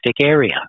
area